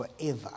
forever